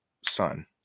son